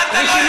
ואני,